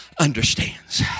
understands